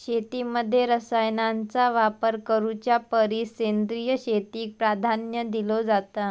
शेतीमध्ये रसायनांचा वापर करुच्या परिस सेंद्रिय शेतीक प्राधान्य दिलो जाता